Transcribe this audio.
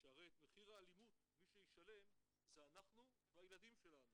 שהרי מי שישלם את מחיר האלימות זה אנחנו והילדים שלנו.